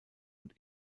und